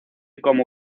como